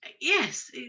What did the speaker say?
yes